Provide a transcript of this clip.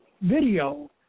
video